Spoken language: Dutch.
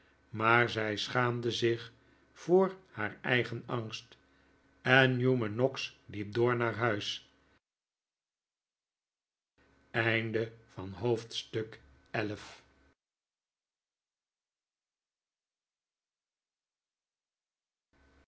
maar zij schaamde zich voor haar eigen angst en newman noggs liep door naar huis